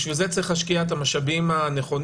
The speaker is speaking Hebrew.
בשביל זה צריך להשקיע את המשאבים הנכונים.